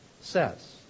says